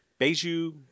beiju